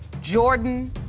Jordan